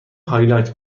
هایلایت